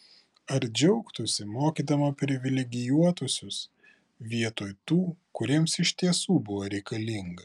ar džiaugtųsi mokydama privilegijuotuosius vietoj tų kuriems iš tiesų buvo reikalinga